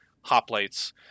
hoplites